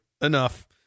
enough